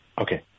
okay